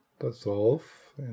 dissolve